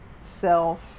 Self